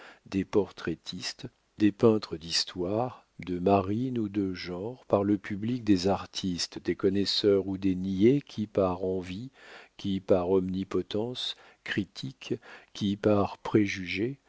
des portraitistes des peintres d'histoire de marine ou de genre par le public des artistes des connaisseurs ou des niais qui par envie qui par omnipotence critique qui par préjugé